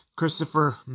Christopher